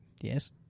Yes